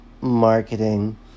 marketing